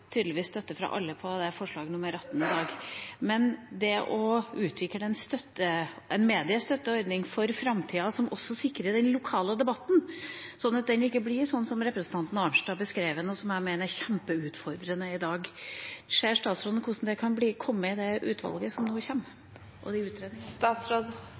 støtte fra alle til forslag nr. 18 i dag. Men det å utvikle en mediestøtteordning for framtida som også sikrer den lokale debatten, sånn at den ikke blir sånn som representanten Arnstad beskrev den, og som jeg mener er kjempeutfordrende i dag – ser statsråden hvordan det kan komme med i den utvalgsutredningen som nå